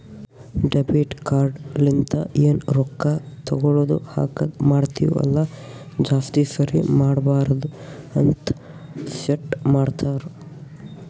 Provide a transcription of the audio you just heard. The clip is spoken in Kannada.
ಡೆಬಿಟ್ ಕಾರ್ಡ್ ಲಿಂತ ಎನ್ ರೊಕ್ಕಾ ತಗೊಳದು ಹಾಕದ್ ಮಾಡ್ತಿವಿ ಅಲ್ಲ ಜಾಸ್ತಿ ಸರಿ ಮಾಡಬಾರದ ಅಂತ್ ಸೆಟ್ ಮಾಡ್ತಾರಾ